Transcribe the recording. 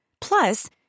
Plus